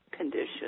conditions